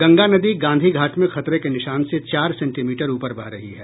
गंगा नदी गांधी घाट में खतरे के निशान से चार सेंटीमीटर उपर बह रही है